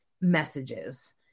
messages